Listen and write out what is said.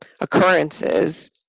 occurrences